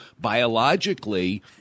biologically